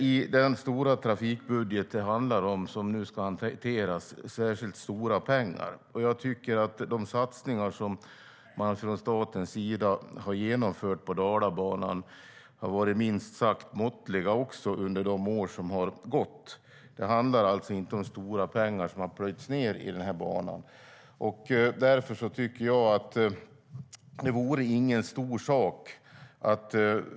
I den stora trafikbudget som nu ska hanteras är detta inte särskilt stora pengar. De satsningar som staten har gjort på Dalabanan har varit minst sagt måttliga under åren som gått. Inga stora pengar har plöjts ned i banan.